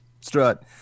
Strut